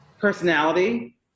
personality